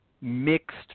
mixed